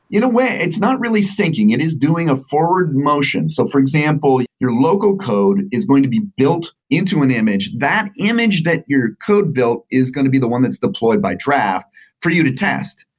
in a way. it's not really syncing. it is doing a forward motion. so, for example, your local code is going to be built into an image. that image that your code built is going to be the one that's deployed by draft for you to test.